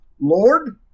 Lord